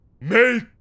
Make